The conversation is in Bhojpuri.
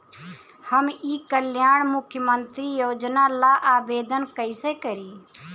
हम ई कल्याण मुख्य्मंत्री योजना ला आवेदन कईसे करी?